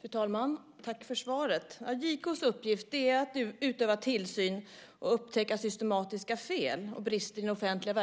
Fru talman! Tack för svaret. JK:s uppgift är att utöva tillsyn och upptäcka systematiska fel och brister i den offentliga